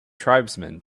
tribesmen